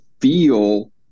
feel